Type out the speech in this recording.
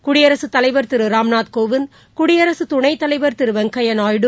குடியரசுத் தலைவர் திரு ராம்நாத் கோவிந்த் குடியரசு துணைத்தனாவர் திரு வெங்யைா நாயுடு